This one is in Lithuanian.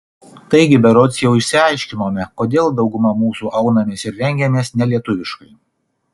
taigi berods jau išsiaiškinome kodėl dauguma mūsų aunamės ir rengiamės nelietuviškai